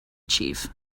chief